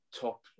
top